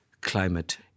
climate